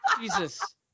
Jesus